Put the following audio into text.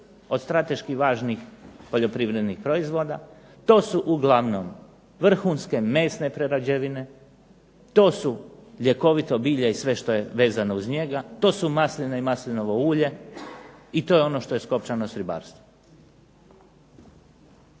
od strateški važnih poljoprivrednih proizvoda. To su uglavnom vrhunske mesne prerađevine. To su ljekovito bilje i sve što je vezano uz njega. To su masline i maslinovo ulje i to je ono što je skopčano s ribarstvom.